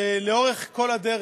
שלאורך כל הדרך,